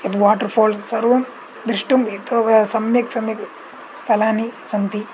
यद् waterfalls सर्वं द्रष्टुम् एतोवा सम्यक् सम्यक् स्थलानि सन्ति